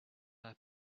her